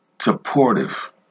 supportive